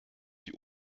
die